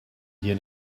hier